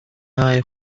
nghae